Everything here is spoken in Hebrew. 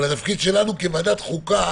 התפקיד שלנו כוועדת חוקה